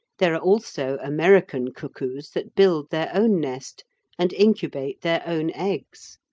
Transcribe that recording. there are also american cuckoos that build their own nest and incubate their own eggs.